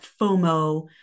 FOMO